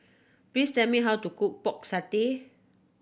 please tell me how to cook Pork Satay